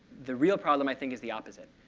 the real problem, i think, is the opposite.